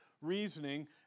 reasoning